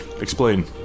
Explain